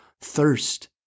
thirst